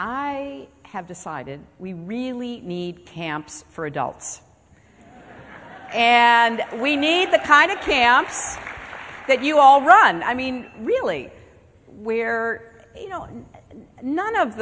i have decided we really need camps for adults and we need the kind of camps that you all run i mean really where you know none of